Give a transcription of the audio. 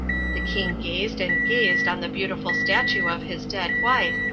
the king gazed and gazed on the beautiful statue of his dead wife,